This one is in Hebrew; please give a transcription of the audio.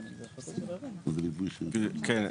כן.